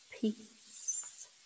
Peace